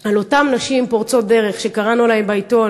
על אותן נשים פורצות דרך שקראנו עליהן בעיתון